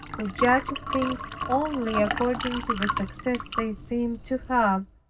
who judge of things only according to the success they seem to have,